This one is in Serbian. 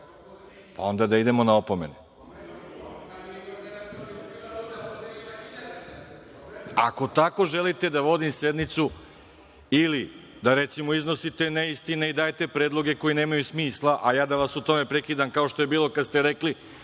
onda da idemo na opomene. Ako tako želite da vodim sednicu ili da, recimo, iznosite neistine, dajete predloge koje nemaju smisla, a ja da vas u tome prekidam kao što je bilo kada ste rekli